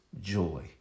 joy